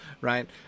right